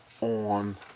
on